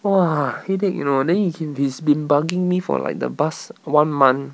!wah! headache you know then he can he's been bugging me for like the past one month